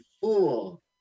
fool